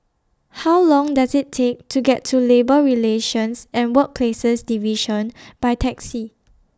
How Long Does IT Take to get to Labour Relations and Workplaces Division By Taxi